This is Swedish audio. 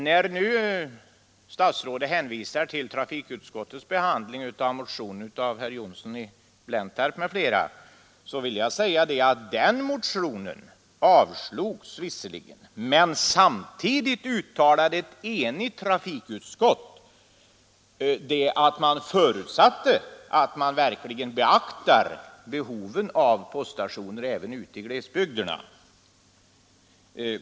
När nu statsrådet hänvisar till trafikutskottets behandling av motionen av herr Johnsson i Blentarp m.fl. vill jag säga att den motionen visserligen avslogs, men samtidigt uttalade ett enigt trafikutskott att man förutsatte att behoven av poststationer även i glesbygderna skulle beaktas.